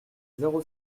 zéro